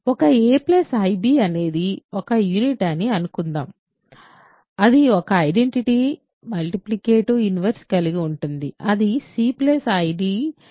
ఒక a ib అనేది ఒక యూనిట్ అని అనుకుందాం అది ఒక ఐడెంటిటీ మల్టిప్లికేటివ్ ఇన్వర్స్ కలిగి ఉంది అది c id